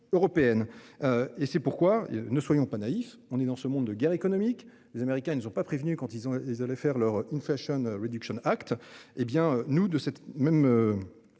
européenne. Et c'est pourquoi ne soyons pas naïfs, on est dans ce monde de guerre économique. Les Américains, ils ne sont pas prévenu quand ils ont ils allaient faire leur une fashion réduction Act, hé bien nous de cette même.